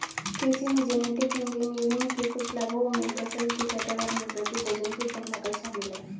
कृषि में genetic engineering के कुछ लाभों में फसल की पैदावार में वृद्धि, भोजन की कम लागत शामिल हैं